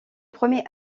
premier